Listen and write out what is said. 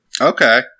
Okay